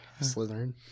Slytherin